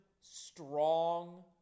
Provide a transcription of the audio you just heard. strong